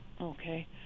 Okay